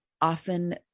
often